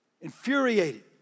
infuriated